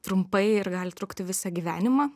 trumpai ir gali trukti visą gyvenimą